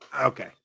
okay